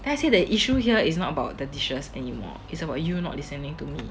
then I say the issue here is not about the dishes anymore it's about you not listening to me